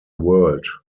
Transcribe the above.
world